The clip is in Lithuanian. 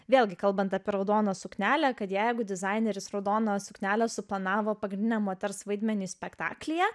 vėlgi kalbant apie raudoną suknelę kad jeigu dizaineris raudoną suknelę suplanavo pagrindiniam moters vaidmeniui spektaklyje